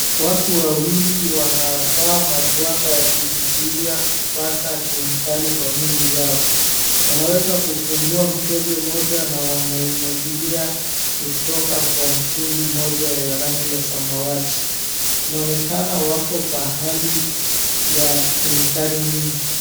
Watu wawili wanavaa magwanda ya kujizuia kupata kemikali kwa mwili yao. Wanaweza kufungua mkebe mmoja na wanaimwagilia kutoka kwa mtungi moja ya rangi ya samawati. Inaonekana wako pahali ya kemikali mingi.